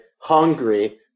hungry